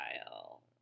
style